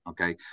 Okay